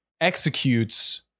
executes